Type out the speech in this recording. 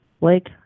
Lake